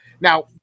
Now